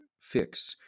fix